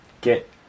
get